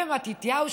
ומתתיהו,